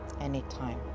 anytime